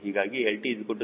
ಹೀಗಾಗಿ lt0